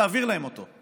אז תעביר להם אותו.